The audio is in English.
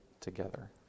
together